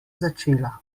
začela